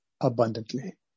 abundantly